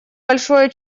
большое